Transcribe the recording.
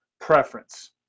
preference